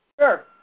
Sure